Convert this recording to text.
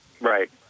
Right